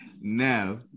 Now